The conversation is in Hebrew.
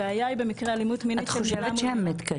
הבעיה היא במקרי אלימות מינית חוק חופש המידע,